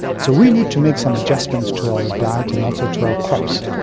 so we need to make some adjustments to our diet and also to our crops,